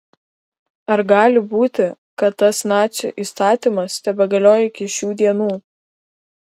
ar gali būti kad tas nacių įstatymas tebegalioja iki šių dienų